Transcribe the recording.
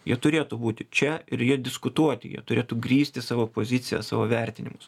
jie turėtų būti čia ir jie diskutuoti jie turėtų grįsti savo poziciją savo vertinimus